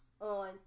on